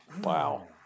Wow